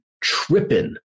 tripping